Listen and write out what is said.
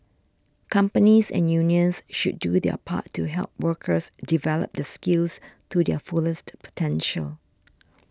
companies and unions should do their part to help workers develop their skills to their fullest potential